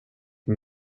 med